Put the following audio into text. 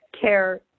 care